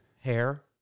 Hair